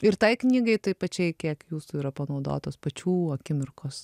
ir tai knygai tai pačiai kiek jūsų yra panaudotos pačių akimirkos